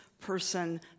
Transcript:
person